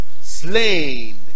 slain